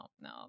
no